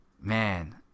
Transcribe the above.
man